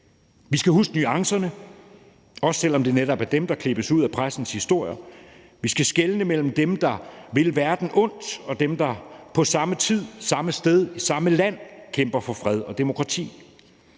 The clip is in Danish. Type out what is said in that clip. Vi skal huske nuancerne, også selv om det netop er dem, der klippes ud af pressens historier. Vi skal skelne mellem dem, der vil verden ondt, og dem, der på samme tid samme sted i samme land kæmper for fred og demokrati.